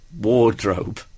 wardrobe